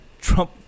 Trump